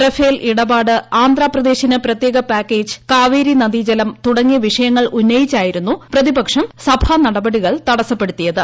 Rafale ഇടപാട് ആന്ധ്രാപ്രദേശിന് പ്രത്യേക പാക്കേജ് കാവേരി നദിജലം തുടങ്ങിയ വിഷയങ്ങൾ ഉന്നയിച്ചായിരുന്നു പ്രതിപക്ഷം സഭാനടപടികൾ തടസപ്പെടുത്തിയത്